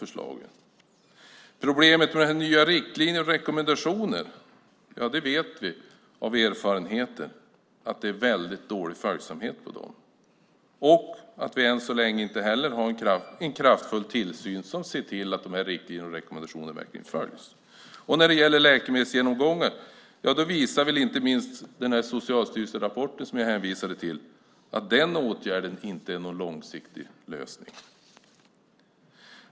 När det gäller problemet med nya riktlinjer och rekommendationer är att vi vet av erfarenhet att de har väldigt dålig följsamhet. Och vi vet att det än så länge inte finns en kraftfull tillsyn som gör att dessa riktlinjer och rekommendationer verkligen följs. När det gäller läkemedelsgenomgångar visar väl inte minst Socialstyrelsens rapport som jag hänvisade till att den åtgärden inte är någon långsiktig lösning.